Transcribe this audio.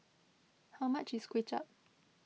how much is Kuay Chap